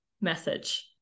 message